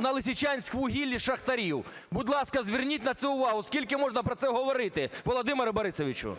на "Лисичанськвугіллі" з шахтарів. Будь ласка, зверніть на це увагу. Скільки можна про це говорити, Володимире Борисовичу?